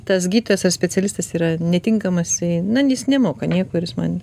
tas gydytojas ar specialistas yra netinkamas jisai na jis nemoka nieko ir jis man